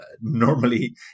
normally